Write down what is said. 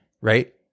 right